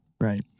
right